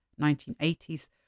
1980s